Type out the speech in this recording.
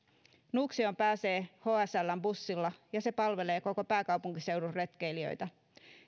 nuuksioon pääsee hsln bussilla ja se palvelee koko pääkaupunkiseudun retkeilijöitä